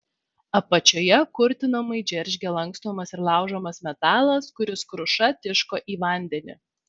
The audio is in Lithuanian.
apačioje kurtinamai džeržgė lankstomas ir laužomas metalas kuris kruša tiško į vandenį